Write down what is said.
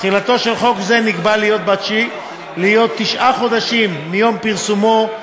תחילתו של חוק זה נקבע להיות תשעה חודשים מיום פרסומו,